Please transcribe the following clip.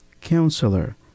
Counselor